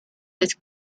his